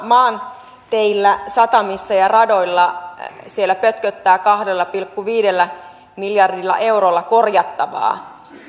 maanteillä satamissa ja radoilla siellä pötköttää kahdella pilkku viidellä miljardilla eurolla korjattavaa